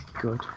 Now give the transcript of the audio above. good